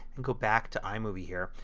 and go back to imovie here.